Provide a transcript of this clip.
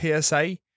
PSA